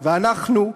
ואנחנו,